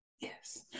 yes